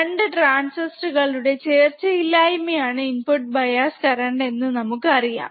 2 transistor കളുടെ ചേർച്ചയില്ലായ്മ ആണ് ഇൻപുട് ബയാസ് കറന്റ് എന്ന് നമുക്ക് അറിയാം